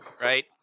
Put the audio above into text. right